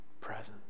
presence